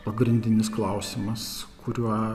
pagrindinis klausimas kuriuo